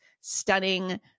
stunning